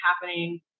happening